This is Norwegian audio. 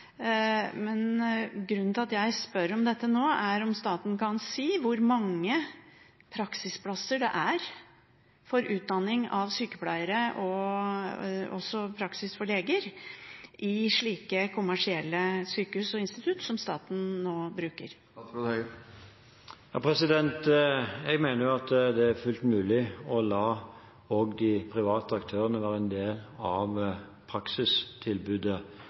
men grunnen til at jeg spør om dette nå, er om statsråden kan si hvor mange praksisplasser det er for utdanning av sykepleiere – og også praksisplasser for leger – i slike kommersielle sykehus og institutter som staten nå bruker? Jeg mener det er fullt mulig å la også de private aktørene være en del av praksistilbudet